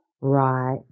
Right